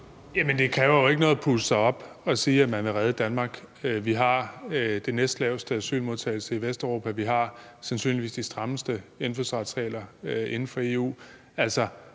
Jamen det kræver jo ikke noget at puste sig op og sige, at man vil redde Danmark. Vi har det næstlaveste antal i forhold til asylmodtagelse i Vesteuropa, og vi har sandsynligvis de strammeste indfødsretsregler inden for EU. Det